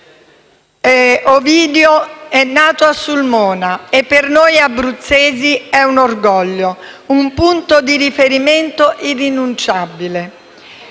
Ovidio è nato a Sulmona e per noi abruzzesi è un orgoglio, un punto di riferimento irrinunciabile.